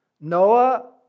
Noah